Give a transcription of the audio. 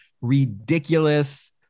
ridiculous